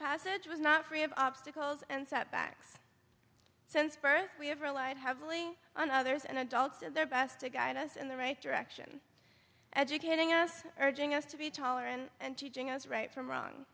passage was not free of obstacles and setbacks since birth we have relied heavily on others and adults at their best to guide us in the right direction educating us urging us to be taller and teaching us right from wrong